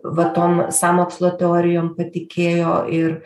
va tom sąmokslo teorijom patikėjo ir